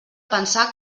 pensar